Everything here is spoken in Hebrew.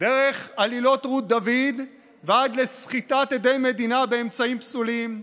דרך עלילות רות דוד ועד לסחיטת עדי מדינה באמצעים פסולים,